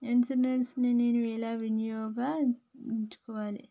Insurance ని నేను ఎలా వినియోగించుకోవాలి?